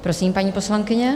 Prosím, paní poslankyně.